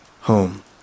Home